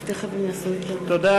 תכף הם, תודה.